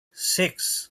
six